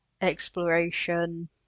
exploration